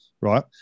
Right